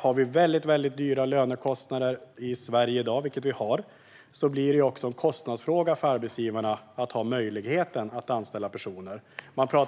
Har vi väldigt höga lönekostnader i Sverige, vilket vi har i dag, blir det en kostnadsfråga för arbetsgivarna att anställa personer.